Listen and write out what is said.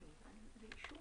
מי בעד אישור